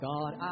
God